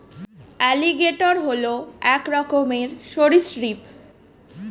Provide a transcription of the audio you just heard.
alligator হল এক রকমের সরীসৃপ